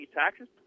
taxes